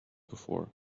before